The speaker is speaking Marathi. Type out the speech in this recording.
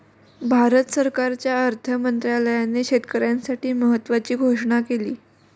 भारत सरकारच्या अर्थ मंत्रालयाने शेतकऱ्यांसाठी महत्त्वाची घोषणा केली